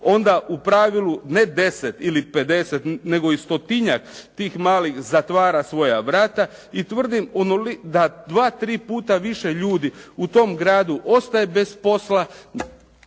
onda u pravilu ne 10 ili 50 nego i stotinjak tih malih zatvara ta svoja vrata i tvrdim da dva, tri puta više ljudi u tom gradu ostaje bez posla